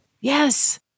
Yes